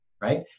Right